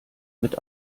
mit